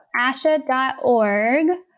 Asha.org